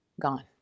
gone